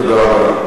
תודה רבה.